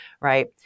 right